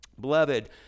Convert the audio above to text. Beloved